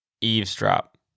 Eavesdrop